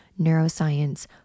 neuroscience